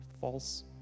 false